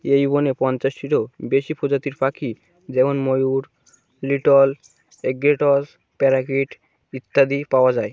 এই বনে পঞ্চাশটিরও বেশি প্রজাতির পাখি যেমন ময়ূর লিটল ইগ্রেটস প্যারাকিট ইত্যাদি পাওয়া যায়